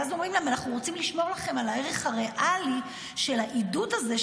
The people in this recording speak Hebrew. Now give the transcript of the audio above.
ואז אומרים להם: אנחנו רוצים לשמור לכם על הערך הריאלי של העידוד הזה,